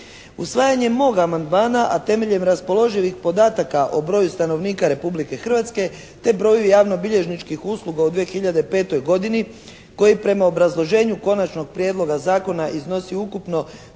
Usvajanjem mog amandmana a temeljem raspoloživih podataka o broju stanovnika Republike Hrvatske te broju javnobilježničkih usluga u 2005. godini koji prema obrazloženju Konačnog prijedloga zakona iznosi ukupno